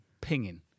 pinging